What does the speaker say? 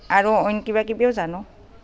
আৰু অইন কিবাকিবিও জানো